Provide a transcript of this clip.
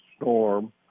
storm